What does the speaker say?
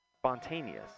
spontaneous